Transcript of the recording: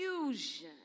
fusion